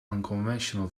unconventional